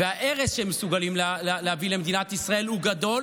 ההרס שהם מסוגלים להביא למדינת ישראל הוא גדול,